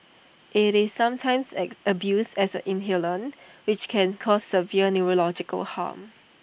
IT is sometimes abused as an inhalant which can cause severe neurological harm